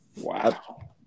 Wow